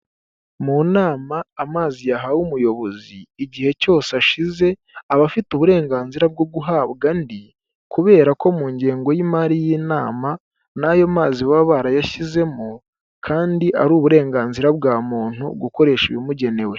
Mu nama amazi yahawe umuyobozi igihe cyose ashize abafite uburenganzira bwo guhabwa andi, kubera ko mu ngengo y'imari y'inama n'ayo mazi baba barayashyizemo kandi ari uburenganzira bwa muntu gukoresha ibimugenewe.